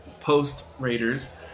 post-Raiders